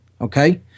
okay